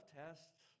tests